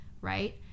right